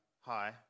hi